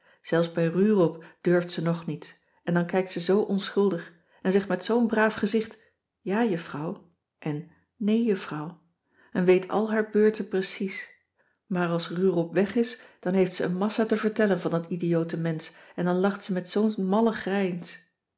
zelfs bij rurop durft ze nog niets en dan kijkt ze zoo onschuldig en zegt met zoo'n braaf gezicht ja juffrouw en nee juffrouw en weet al haar beurten precies maar als rurop weg is dan heeft ze een massa te vertellen van dat idiote mensch en dan lacht ze met zoo'n malle grijns